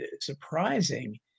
surprising